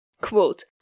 Quote